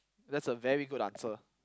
that's a very good answer